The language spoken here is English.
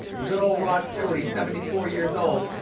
good old rod stewart, he's seventy four years old.